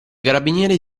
carabinieri